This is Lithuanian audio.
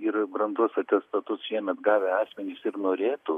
ir brandos atestatus šiemet gavę asmenys ir norėtų